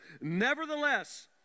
Nevertheless